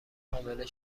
حامله